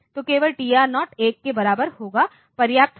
तो केवल TR0 1 के बराबर होगा पर्याप्त होगा